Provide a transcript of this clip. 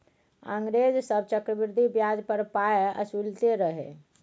अंग्रेज सभ चक्रवृद्धि ब्याज पर पाय असुलैत रहय